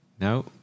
No